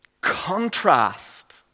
contrast